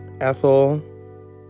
Ethel